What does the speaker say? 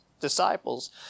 disciples